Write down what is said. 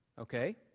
Okay